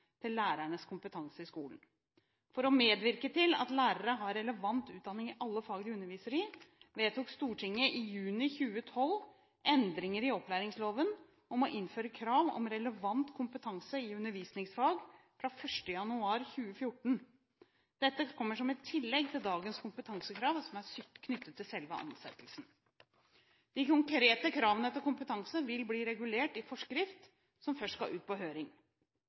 til lærernes kompetanse i skolen. For å medvirke til at lærere har relevant utdanning i alle fag de underviser i, vedtok Stortinget i juni 2012 endringer i opplæringsloven om å innføre krav om relevant kompetanse i undervisningsfag fra 1. januar 2014. Dette kommer som et tillegg til dagens kompetansekrav, som er knyttet til selve ansettelsen. De konkrete kravene til kompetanse vil bli regulert i forskrift som først skal ut på høring.